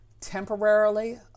temporarily